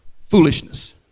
foolishness